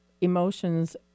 emotions